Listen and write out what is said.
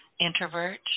introvert